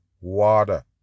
water